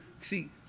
see